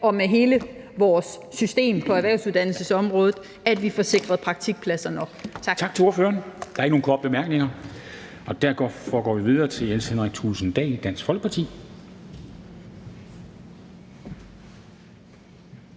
og med hele vores system for erhvervsuddannelsesområdet, altså at vi får sikret praktikpladser nok. Kl. 14:17 Formanden (Henrik Dam Kristensen): Tak til ordføreren. Der er ikke nogen korte bemærkninger, og derfor går vi videre til hr. Jens Henrik Thulesen Dahl, Dansk Folkeparti.